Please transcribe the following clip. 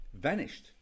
vanished